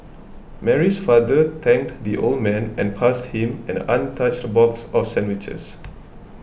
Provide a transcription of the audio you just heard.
Mary's father thanked the old man and passed him an untouched box of sandwiches